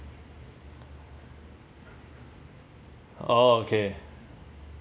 orh okay